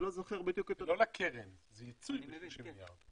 לא לקרן, זה יצוא 30 מיליארד.